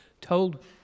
told